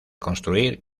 construir